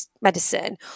medicine